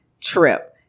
trip